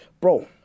bro